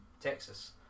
Texas